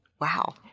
Wow